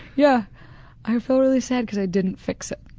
yeah i felt really sad because i didn't fix it.